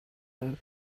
know